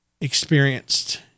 experienced